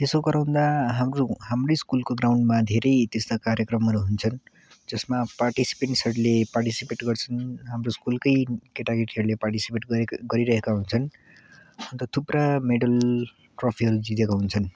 त्यसो गराउँदा हाम्रो हाम्रो स्कुलको ग्राउन्डमा धेरै त्यस्ता कार्यक्रमहरू हुन्छन् जसमा पार्टिसिपेन्ट्सहरूले पार्टिसिपेट गर्छन् हाम्रो स्कुलकै केटाकेटीहरूले पार्टिसिपेट गरिरहेका हुन्छन् अन्त थुप्रा मेडल ट्रफीहरू जितेको हुन्छन्